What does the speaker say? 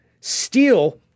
steal